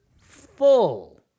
full